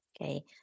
Okay